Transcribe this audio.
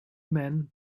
men